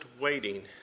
waiting